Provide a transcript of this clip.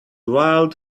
wild